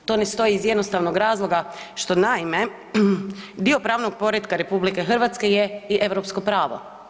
To ne stoji iz jednostavnog razloga što naime dio pravnog poretka RH je i europsko pravo.